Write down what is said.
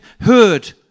heard